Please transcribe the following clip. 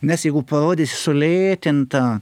nes jeigu parodysi sulėtintą